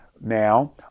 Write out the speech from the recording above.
now